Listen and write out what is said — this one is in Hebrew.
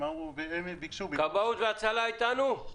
הם ביקשו --- כבאות והצלה איתנו?